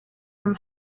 from